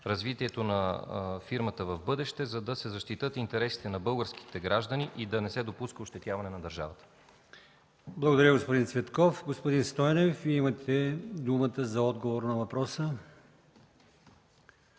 развитието на фирмата в бъдеще, за да се защитят интересите на българските граждани и да не се допуска ощетяване на държавата? ПРЕДСЕДАТЕЛ АЛИОСМАН ИМАМОВ: Благодаря, господин Цветков. Господин Стойнев, имате думата за отговор на въпроса.